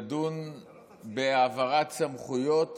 לדון בהעברת סמכויות